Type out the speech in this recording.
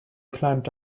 climbed